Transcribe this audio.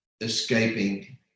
escaping